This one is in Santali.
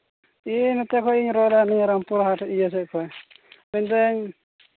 ᱤᱧ ᱱᱚᱛᱮ ᱠᱷᱚᱱ ᱤᱧ ᱨᱚᱲᱮᱫᱟ ᱨᱟᱢᱯᱩᱨ ᱦᱟᱴ ᱤᱭᱟᱹ ᱥᱮᱫ ᱠᱷᱚᱱ ᱢᱮᱱᱮᱫᱟᱹᱧ